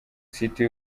city